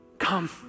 come